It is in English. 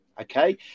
okay